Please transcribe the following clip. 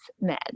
men